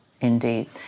Indeed